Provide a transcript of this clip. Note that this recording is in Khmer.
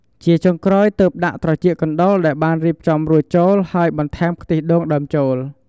ជាចុងក្រោយ ទើបដាក់ ត្រចៀកកណ្ដុរ ដែលបានរៀបចំរួចចូល ហើយបន្ថែម ខ្ទិះដូងដើមចូល។